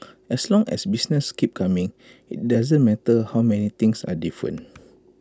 as long as business keeps coming IT doesn't matter how many things are different